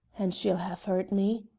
and she'll have heard me?